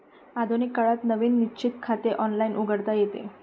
आधुनिक काळात नवीन निश्चित खाते ऑनलाइन उघडता येते